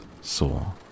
saw